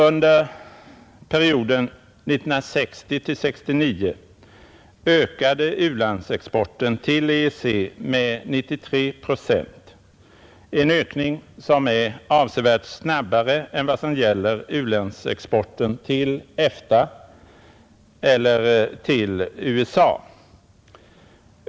Under perioden 1960 — 1969 ökade u-landsexporten till EEC med 93 procent — en ökning som är avsevärt snabbare än vad som gäller u-landsexporten till EFTA eller till USA.